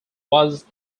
was